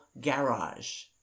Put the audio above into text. garage